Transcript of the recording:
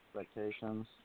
expectations